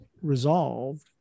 resolved